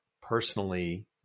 personally